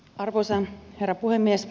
arvoisa herra puhemies